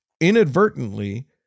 inadvertently